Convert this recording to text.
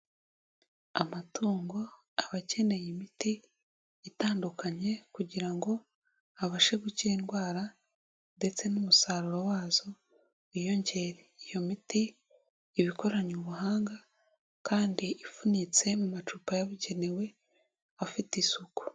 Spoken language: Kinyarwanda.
Amatungo aba akeneye imiti, itandukanye kugira ngo abashe gukira indwara ndetse n'umusaruro wazo wiyongere. Iyo miti iba ikoranye ubuhanga kandi ifunitse mu macupa yabugenewe, afite isuku.